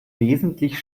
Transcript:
wesentlich